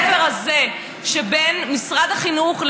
אתה היית במשרד החינוך,